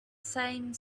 same